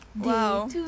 wow